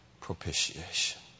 propitiation